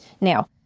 Now